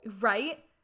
Right